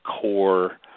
core